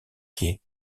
quais